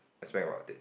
I spend about it